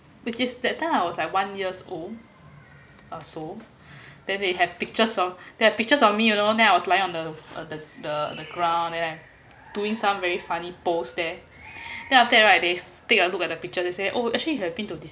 which is that time I was like one years old uh so then they have pictures of they have pictures of me you know then I was laying on the uh the the the ground then like doing some very funny post there then after that right they take a look at the pictures says oh actually you've been to